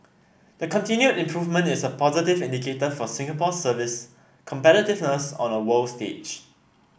the continued improvement is a positive indicator for Singapore's service competitiveness on a world stage